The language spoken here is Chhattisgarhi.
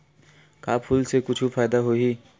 का फूल से कुछु फ़ायदा होही?